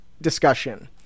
discussion